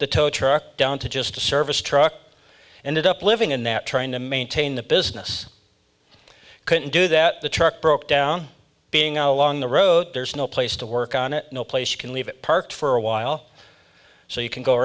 the tow truck down to just a service truck and it up living in net trying to maintain the business couldn't do that the truck broke down being out on the road there's no place to work on it no place can leave it parked for a while so you can go